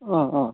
अ अ